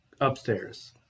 upstairs